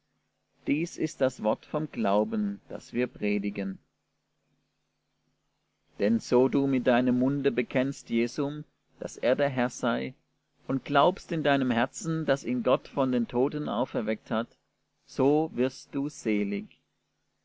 dies ist das wort vom glauben das wir predigen denn so du mit deinem munde bekennst jesum daß er der herr sei und glaubst in deinem herzen daß ihn gott von den toten auferweckt hat so wirst du selig